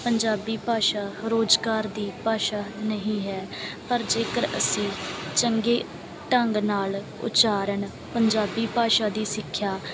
ਪੰਜਾਬੀ ਭਾਸ਼ਾ ਰੋਜ਼ਗਾਰ ਦੀ ਭਾਸ਼ਾ ਨਹੀਂ ਹੈ ਪਰ ਜੇਕਰ ਅਸੀਂ ਚੰਗੇ ਢੰਗ ਨਾਲ ਉਚਾਰਣ ਪੰਜਾਬੀ ਭਾਸ਼ਾ ਦੀ ਸਿੱਖਿਆ